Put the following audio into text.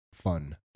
fun